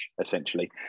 essentially